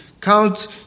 Count